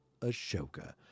Ashoka